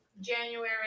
January